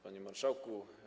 Panie Marszałku!